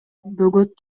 бөгөт